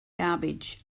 garbage